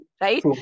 right